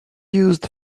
used